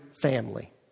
family